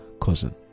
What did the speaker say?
cousin